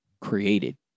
created